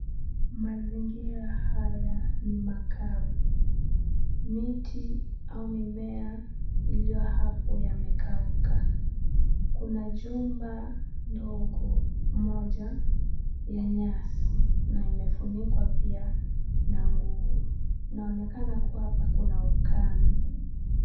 Mazingira haya ni makavu. Miti au mimea iliyopo hapa yamekauka. Kuna jumba dogo moja ya nyasi na imefunikwa pia na nguo. Inaonekana kuwa hapa kuna ukame.